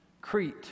Crete